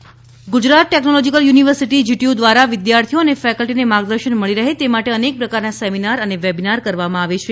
webinar Gujarat technological university GTU દ્વારા વિદ્યાર્થીઓ અને ફેકલ્ટીને માર્ગદર્શન મળી રહે તે માટે અનેક પ્રકારના સેમિનાર અને વેબીનાર કરવામાં આવે છે